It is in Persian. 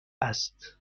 است